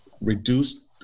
reduce